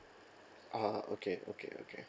ah okay okay okay